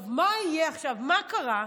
מה קרה?